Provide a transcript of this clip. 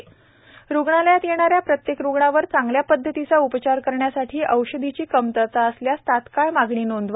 स्निल केदार रुग्णालयात येणा या प्रत्येक रुग्णांवर चांगल्या पध्दतीचा उपचार करण्यासाठी औषधीची कमतरता असल्यास तात्काळ मागणी नोंदवा